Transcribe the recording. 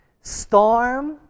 storm